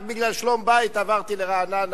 רק בגלל שלום בית עברתי לרעננה.